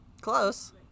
Close